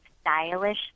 stylish